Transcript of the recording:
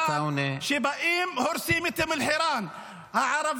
כשבאים והורסים את אום אל-חיראן -- וחבר הכנסת עטאונה